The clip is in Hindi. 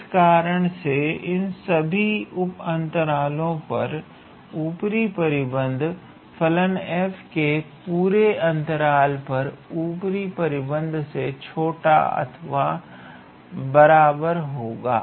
इस कारण से इन सभी उप अंतरालों पर ऊपरी परिबद्ध फलन 𝑓 के पूरे अंतराल पर ऊपरी परिबद्ध से छोटा अथवा बराबर होगा